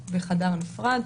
ולא צריך את חוק הסמכויות כאן.